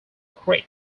creek